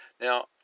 Now